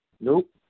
Nope